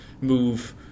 move